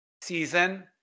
season